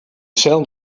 sell